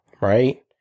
Right